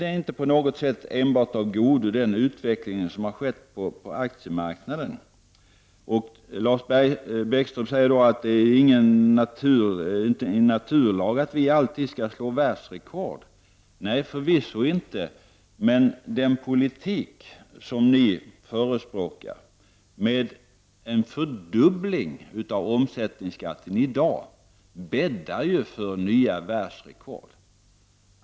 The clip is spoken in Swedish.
Den utveckling som skett på aktiemarknaden är inte enbart av godo. Lars Bäckström säger då att det är ingen naturlag att vi alltid skall slå världsrekord. Nej, förvisso inte. Men den politik som vpk förespråkar, med en fördubbling av omsättningsskatten i dag, bäddar för nya världsrekord.